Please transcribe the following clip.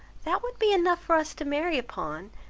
that would be enough for us to marry upon,